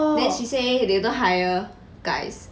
then she say they don't hire guys